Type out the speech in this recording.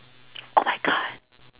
oh my god